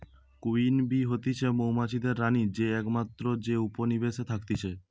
queen bee হতিছে মৌমাছিদের রানী যে একমাত্র যে উপনিবেশে থাকতিছে